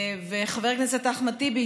חבר הכנסת אחמד טיבי,